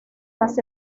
las